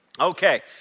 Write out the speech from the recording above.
Okay